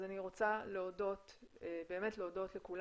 אני רוצה להודות לכולם,